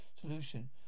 solution